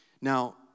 Now